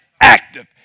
active